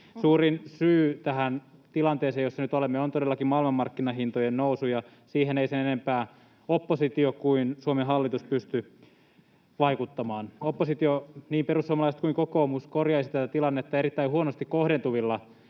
Suurin syy tähän tilanteeseen, jossa nyt olemme, on todellakin maailmanmarkkinahintojen nousu, ja siihen ei sen enempää oppositio kuin Suomen hallitus pysty vaikuttamaan. Oppositio — niin perussuomalaiset kuin kokoomus — korjaisi tätä tilannetta erittäin huonosti kohdentuvilla